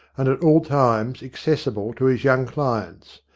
and at all times accessible to his young clients.